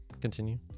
Continue